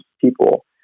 people